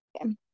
okay